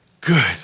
good